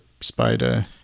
Spider